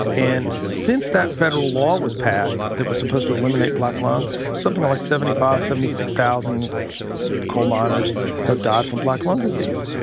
and since that federal law was passed that was supposed to eliminate black lung something like seventy five seventy six thousand coal miners have died from black lung disease.